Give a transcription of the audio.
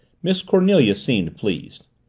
miss cornelia seemed pleased.